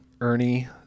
Ernie